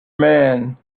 man